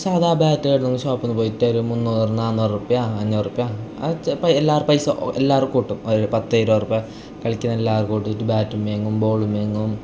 സാദാ ബാറ്റ് ഏടെന്നെങ്കിലും ഷോപ്പിൽ നിന്ന് പോയിട്ട് ഒരു മുന്നൂറ് നാനൂറ് റുപ്യ അഞ്ഞൂറ് റുപ്യ അത് ചിലപ്പം എല്ലാവരും പൈസ എല്ലാവരും കൂട്ടും ഓര് പത്ത് ഇരുപത് റുപ്യ എല്ലാവരും കൂട്ടിയിട്ട് ബാറ്റും വാങ്ങും ബോളും വാങ്ങും